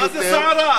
מה זה סערה,